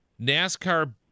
NASCAR